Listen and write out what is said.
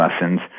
lessons